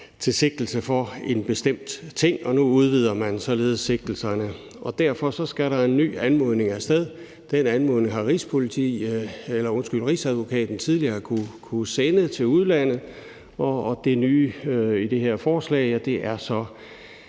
til sigtelse for en bestemt ting. Nu udvider man således sigtelserne, og derfor skal der en ny anmodning af sted. Den anmodning har Rigsadvokaten tidligere kunnet sende til udlandet. Det nye i det her forslag er så,